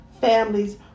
families